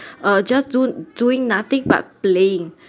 uh just do~doing nothing but playing